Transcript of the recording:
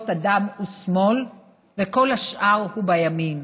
אדם הוא שמאל וכל השאר הוא בימין.